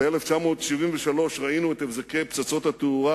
ב-1973 ראינו את הבזקי פצצות התאורה